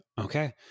okay